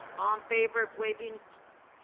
um favor of waving